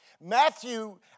Matthew